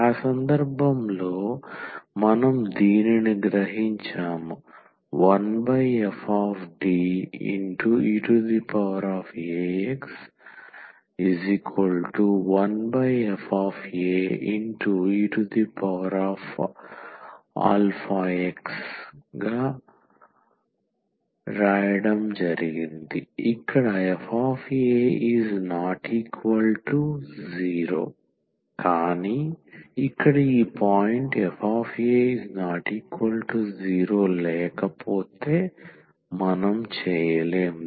ఆ సందర్భంలో మనం దీనిని గ్రహించాము 1fDeax1faeax ఇక్కడ f ≠ 0 కానీ ఇక్కడ ఈ పాయింట్ fa≠0 లేకపోతే మనం చేయలేము